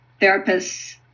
therapists